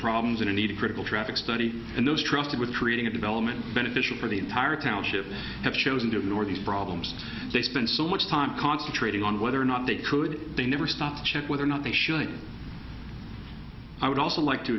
problems and a need to cripple traffic study and those trusted with creating a development beneficial for the entire township have chosen to ignore these problems they spend so much time concentrating on whether or not they could they never stop check whether or not they should i would also like to